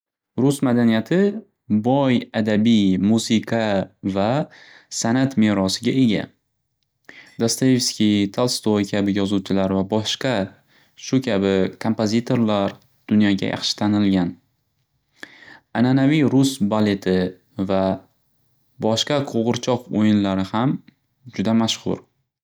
Rus madaniyati boy adabiy, musiqa va sanat merosiga ega. Dastayevski, Talstoy kabi yozuvchilar va boshqa shu kabi kompazitorlar dunyoga yaxshi tanilgan. Ananaviy rus baleti va boshqa qo'g'irchoq o'yinlari ham juda mashxur.